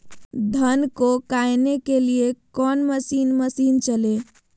धन को कायने के लिए कौन मसीन मशीन चले?